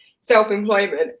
self-employment